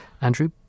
andrew